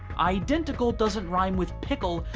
identical doesn't rhyme with pickle,